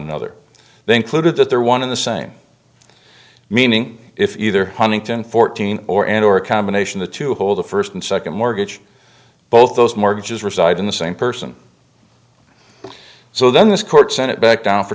another they included that they're one of the same meaning if either one in ten fourteen or and or a combination the two hold the first and second mortgage both those mortgages reside in the same person so then this court send it back down for